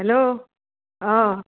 hello অঁ